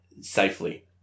safely